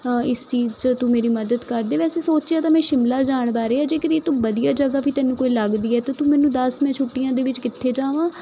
ਇਸ ਚੀਜ਼ 'ਚ ਤੂੰ ਮੇਰੀ ਮਦਦ ਕਰ ਦੇ ਵੈਸੇ ਸੋਚਿਆ ਤਾਂ ਮੈਂ ਸ਼ਿਮਲਾ ਜਾਣ ਬਾਰੇ ਜੇ ਇਕ ਵਾਰੀ ਤੂੰ ਵਧੀਆ ਜਗ੍ਹਾ ਵੀ ਤੈਨੂੰ ਕੋਈ ਲੱਗਦੀ ਹੈ ਤਾਂ ਤੂੰ ਮੈਨੂੰ ਦੱਸ ਮੈਂ ਛੁੱਟੀਆਂ ਦੇ ਵਿੱਚ ਕਿੱਥੇ ਜਾਵਾਂ